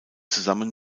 zusammen